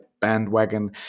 bandwagon